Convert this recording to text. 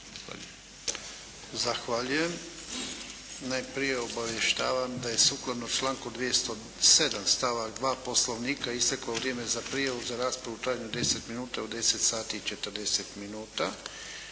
Zahvaljujem. Najprije obavještavam da je sukladno članku 207. stavak 2. Poslovnika isteklo vrijeme za prijavu za raspravu u trajanju od 10 minuta u 10 sati i 40 minuta.